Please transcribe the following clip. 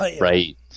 right